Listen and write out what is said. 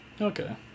okay